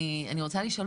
אני רוצה לשאול.